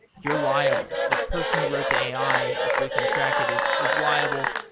you're liable. the person who wrote the i, if we can track it, is is liable.